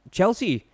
Chelsea